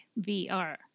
VR